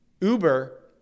Uber